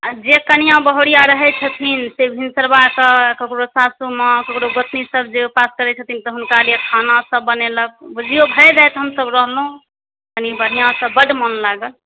जे कनिऑं बहुरिया रहै छथीन से भीनसरवा सऽ ककरो सासु माँ ककरो गोतनी सब जे उपास करै छथीन तऽ हुनका लिए खाना सब बनेलक बुझियौ भरि राति हमसब रहलहुॅं कनी बढ़िऑं स बड मोन लागल